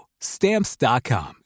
stamps.com